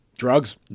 Drugs